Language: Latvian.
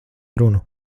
runu